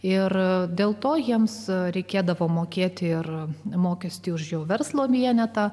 ir dėl to jiems reikėdavo mokėti ir mokestį už verslo vienetą